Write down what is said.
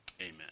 Amen